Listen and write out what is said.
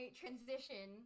transition